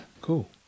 cool